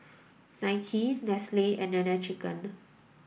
Nike Nestlre and Nene Chicken